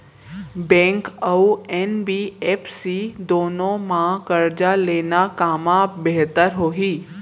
Bank अऊ NBFC दूनो मा करजा लेना कामा बेहतर होही?